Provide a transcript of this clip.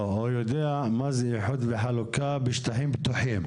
לא, הוא יודע מה זה איחוד וחלוקה בשטחים פתוחים,